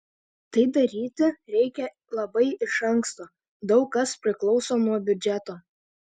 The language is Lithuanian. tai daryti reikia labai iš anksto daug kas priklauso nuo biudžeto